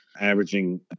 averaging